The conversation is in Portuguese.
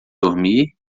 dormir